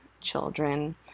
children